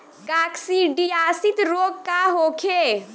काकसिडियासित रोग का होखे?